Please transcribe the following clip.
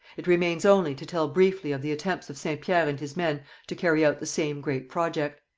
it remains only to tell briefly of the attempts of saint-pierre and his men to carry out the same great project.